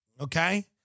okay